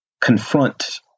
confront